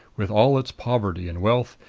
with all its poverty and wealth,